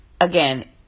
again